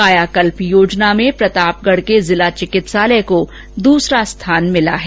कायाकल्प योजना में प्रतापगढ़ के जिला चिकित्सालय को दूसरा स्थान मिला है